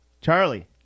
Charlie